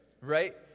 right